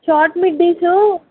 short middies